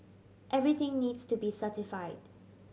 everything needs to be certified